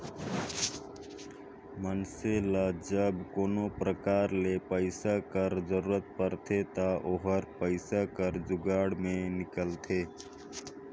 मइनसे ल जब कोनो परकार ले पइसा कर जरूरत परथे ता ओहर पइसा कर जुगाड़ में हिंकलथे